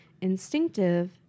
instinctive